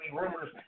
rumors